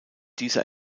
dieser